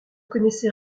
connaissez